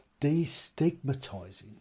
destigmatizing